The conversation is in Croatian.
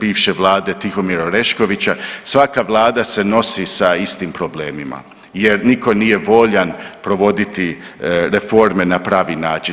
bivše vlade Tihomira Oreškovića, svaka vlada se nosi sa istim problemima jer niko nije voljan provoditi reforme na pravi način.